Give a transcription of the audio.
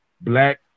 black